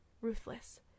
ruthless